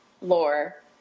lore